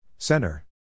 Center